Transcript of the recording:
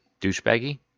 Douchebaggy